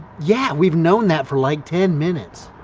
yeah, we've known that for like ten minutes.